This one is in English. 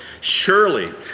surely